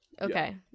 Okay